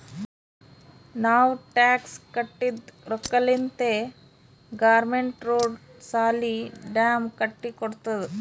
ನಾವ್ ಟ್ಯಾಕ್ಸ್ ಕಟ್ಟಿದ್ ರೊಕ್ಕಾಲಿಂತೆ ಗೌರ್ಮೆಂಟ್ ರೋಡ್, ಸಾಲಿ, ಡ್ಯಾಮ್ ಕಟ್ಟಿ ಕೊಡ್ತುದ್